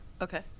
Okay